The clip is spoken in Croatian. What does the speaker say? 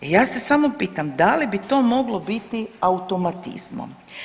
I ja se samo pitam da li bi to moglo biti automatizmom.